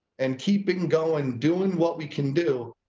and keep and going, doing what we can do,